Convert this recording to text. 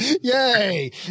Yay